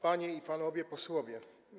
Panie i Panowie Posłowie!